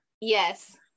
Yes